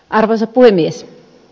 arvoisa puhemies